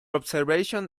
observation